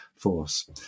force